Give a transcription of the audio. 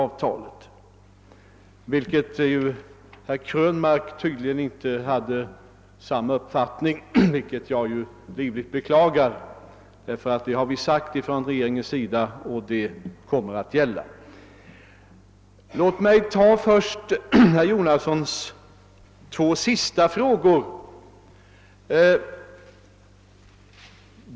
Jag konstaterar med beklagande att herr Krönmark tydligen inte har samma uppfattning härvidlag. Detta är emellertid vad vi inom regeringen sagt, och det kommer att gälla. Låt mig så besvara herr Jonassons två sista frågor.